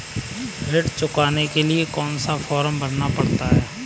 ऋण चुकाने के लिए कौन सा फॉर्म भरना पड़ता है?